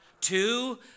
two